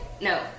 No